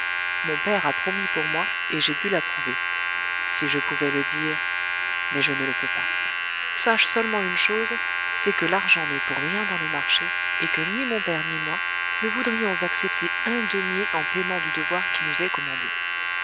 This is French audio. mon père a promis pour moi et j'ai dû l'approuver si je pouvais le dire mais je ne le peux pas sache seulement une chose c'est que l'argent n'est pour rien dans le marché et que ni mon père ni moi ne voudrions accepter un denier en payement du devoir qui nous est commandé